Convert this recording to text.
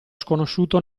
sconosciuto